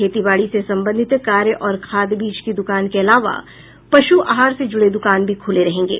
खेती बाड़ी से संबंधित कार्य और खाद बीज की दुकान के अलावा पशु आहार से जुड़े दुकान भी खुले रहेंगे